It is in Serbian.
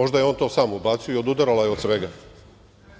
možda je on to sam ubacio i odudaralo je od svega.U